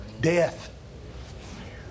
death